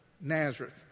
Nazareth